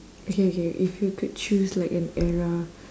okay okay if you could choose like an era